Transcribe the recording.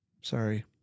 Sorry